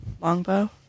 Longbow